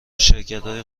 شرکتهای